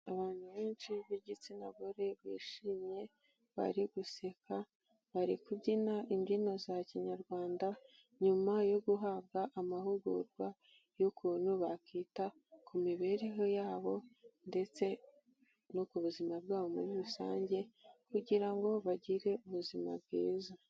Abantu benshi b'igitsina gore bishimye, bari guseka bari kubyina imbyino za Kinyarwanda nyuma yo guhabwa amahugurwa y'ukuntu bakwita ku mibereho yabo ndetse no ku buzima bwabo muri rusange, kugira ngo bagire ubuzima bwiza.